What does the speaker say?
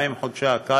מה עם חודשי הקיץ,